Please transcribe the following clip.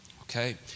okay